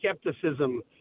skepticism